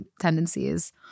tendencies